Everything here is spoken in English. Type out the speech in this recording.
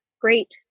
great